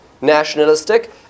nationalistic